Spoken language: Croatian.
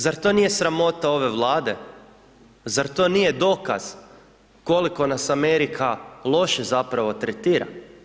Zar to nije sramota ove Vlade, zar to nije dokaz koliko nas Amerika loše, zapravo, tretira.